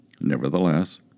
Nevertheless